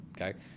Okay